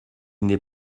n’est